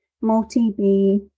multi-B